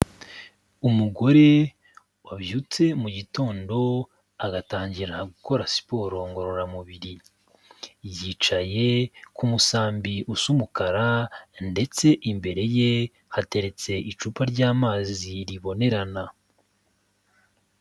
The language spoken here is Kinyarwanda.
Umugore wabyutse mu gitondo, agatangira gukora siporo ngororamubiri. Yicaye ku musambi usa umukara, ndetse imbere ye, hateretse icupa ry'amazi ribonerana.